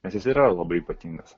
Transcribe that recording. nes jis yra labai ypatingas